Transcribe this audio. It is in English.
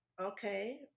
Okay